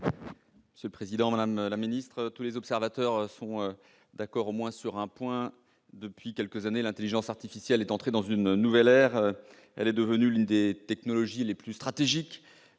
Monsieur le président, madame la secrétaire d'État, tous les observateurs sont d'accord sur au moins un point : depuis quelques années, l'intelligence artificielle est entrée dans une nouvelle ère. Elle est devenue l'une des technologies les plus stratégiques,